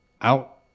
out